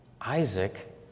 Isaac